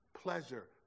pleasure